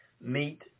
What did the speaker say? meet